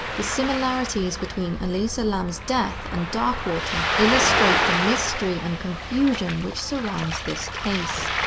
the similarities between elisa lam's death and dark water illustrates the mystery and confusion which surrounds this case.